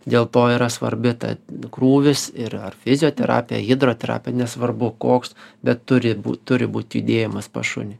dėl to yra svarbi ta krūvis ir ar fizioterapija hidroterapija nesvarbu koks bet turi būt turi būt judėjimas pas šunį